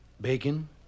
Bacon